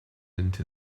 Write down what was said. into